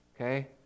Okay